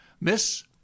Miss